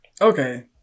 Okay